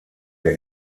der